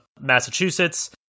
Massachusetts